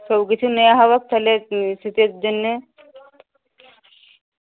সব কিছুই নেওয়া হবেক তাহলে শীতের জন্যে